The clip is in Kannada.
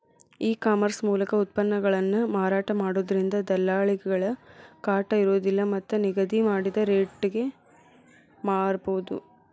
ಈ ಕಾಮರ್ಸ್ ಮೂಲಕ ಉತ್ಪನ್ನಗಳನ್ನ ಮಾರಾಟ ಮಾಡೋದ್ರಿಂದ ದಲ್ಲಾಳಿಗಳ ಕಾಟ ಇರೋದಿಲ್ಲ ಮತ್ತ್ ನಿಗದಿ ಮಾಡಿದ ರಟೇಗೆ ಮಾರಬೋದು